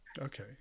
Okay